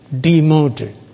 demoted